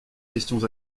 questions